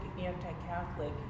anti-Catholic